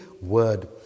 word